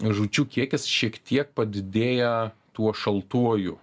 žūčių kiekis šiek tiek padidėja tuo šaltuoju